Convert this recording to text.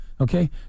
okay